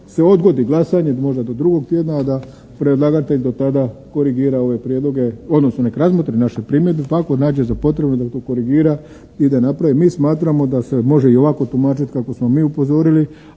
se odgodi glasanje, možda do drugog tjedna a da predlagatelj do tada korigira ove prijedloge, odnosno nek razmotri naše primjedbe pa ako nađe za potrebno da to korigira i da napravi. Mi smatramo da se može i ovako tumačiti kako smo mi upozorili,